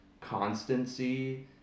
constancy